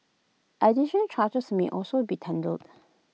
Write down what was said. addition charges may also be tendered